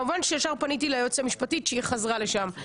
כמובן שישר פניתי ליועצת המשפטית שהיא חזרה לשם,